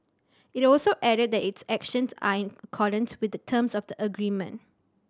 it also added that its actions are in accordance with the terms of the agreement